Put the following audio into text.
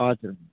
हजुर